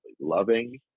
loving